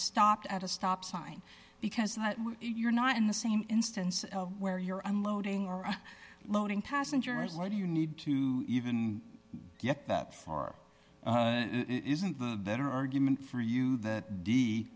stopped at a stop sign because you're not in the same instance where you're unloading are loading passengers why do you need to even get that far it isn't the better argument for you that d